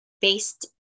based